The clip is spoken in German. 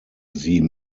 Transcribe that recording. sie